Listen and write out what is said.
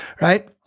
right